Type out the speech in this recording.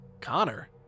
Connor